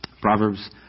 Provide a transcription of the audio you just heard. Proverbs